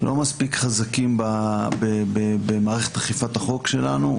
חזקים במערכת אכיפת החוק שלנו,